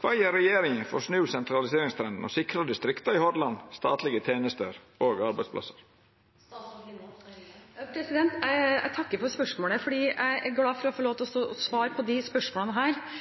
Kva gjer regjeringa for å snu sentraliseringstrenden og sikre distrikta i Hordaland statlege tenester og arbeidsplassar?» Jeg takker for spørsmålet. Jeg er glad for å få lov til å svare på disse spørsmålene,